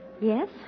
Yes